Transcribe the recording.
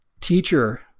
teacher